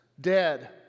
dead